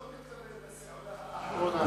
אתה לא מתכוון ל"סעודה האחרונה".